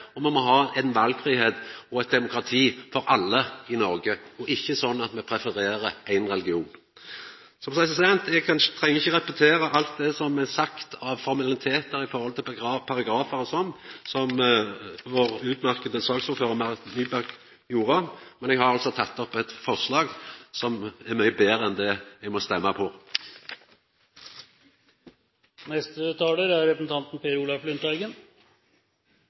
og me må ha ein valfridom og eit demokrati for alle i Noreg, ikkje slik at me prefererer ein religion. Eg treng ikkje repetera alt det som er sagt av formalitetar når det gjeld paragrafar og slikt, av vår utmerkte saksordførar, Marit Nybakk, men eg har teke opp eit forslag som er mykje betre enn det eg må stemma på. Dagens grunnlovsdebatt gjelder det framtidige forholdet mellom staten og Den norske kirke, slik det er